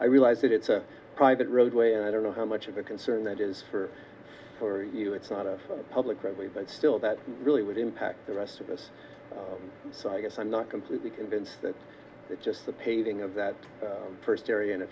i realize that it's a private roadway and i don't know how much of a concern that is for for you it's not of public roadway but still that really would impact the rest of us so i guess i'm not completely convinced that it's just the paving of that first area and a